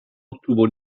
obtuvo